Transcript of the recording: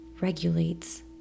regulates